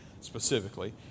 specifically